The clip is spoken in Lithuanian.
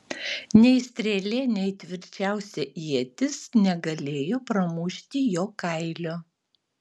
nei strėlė nei tvirčiausia ietis negalėjo pramušti jo kailio